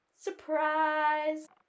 Surprise